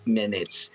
minutes